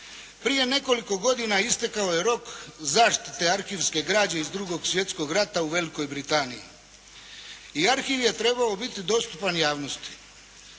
Prije nekoliko godina istekao je rok zaštite arhivske građe iz Drugog svjetskog rata u Velikoj Britaniji. I arhiv je trebao biti dostupan javnosti.